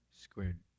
squared